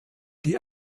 die